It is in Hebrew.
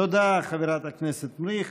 תודה, חברת הכנסת מריח.